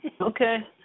okay